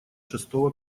шестого